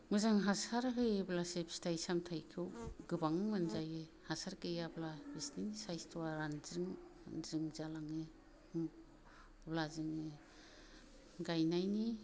मोजां हासार होयोब्लासो फिथाइ सामथाइखौ गोबां मोनजायो हासार गैयाब्ला बिसिनि साइसथ'आ रानज्रिं खुनज्रिं जालाङो अब्ला जोङो गायनायनि